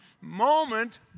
Moment